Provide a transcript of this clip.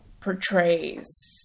portrays